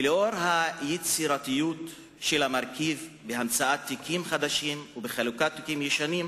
ולנוכח היצירתיות של המרכיב בהמצאת תיקים חדשים ובחלוקת תיקים ישנים,